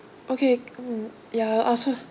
okay mm ya I also